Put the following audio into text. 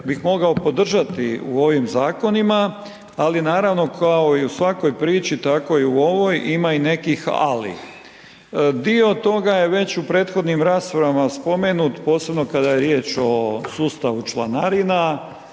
bih pomagao podržati u ovim Zakonima, ali naravno kao i u svakoj priči, tako i u ovoj ima i nekih ali. Dio toga je već u prethodnim raspravama spomenut posebno kada je riječ o sustavu članarina,